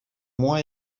moins